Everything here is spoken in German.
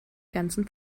ganzen